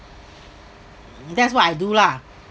that's what I'll do lah